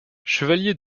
chevalier